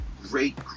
great